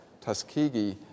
Tuskegee